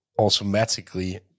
automatically